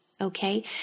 Okay